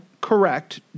correct